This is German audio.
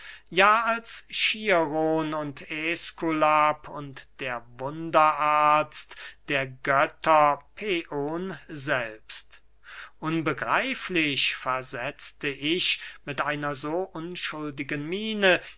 ja als chiron und äskulap und der wundarzt der götter päeon selbst unbegreiflich versetzte ich mit einer so unschuldigen miene